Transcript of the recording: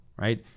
right